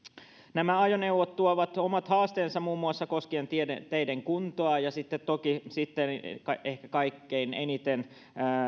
nämä ajoneuvot tuovat omat haasteensa muun muassa koskien teiden kuntoa ja sitten toki ehkä kaikkein eniten